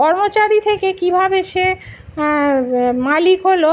কর্মচারী থেকে কীভাবে সে মালিক হল